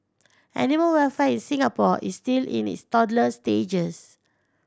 animal welfare in Singapore is still in its toddler stages